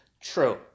True